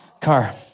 car